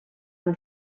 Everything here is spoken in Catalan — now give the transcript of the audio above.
amb